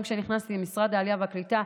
גם כשנכנסתי למשרד העלייה והקליטה,